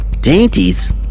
Dainties